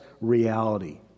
reality